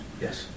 Yes